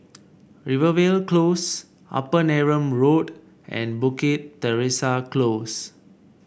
Rivervale Close Upper Neram Road and Bukit Teresa Close